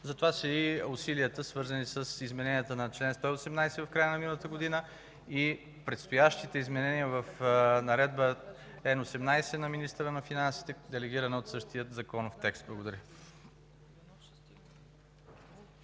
Затова са и усилията, свързани с измененията на чл. 118 от края на миналата година и предстоящите изменения в Наредба Н-18 на министъра на финансите, делегирана от същия законов текст. Благодаря.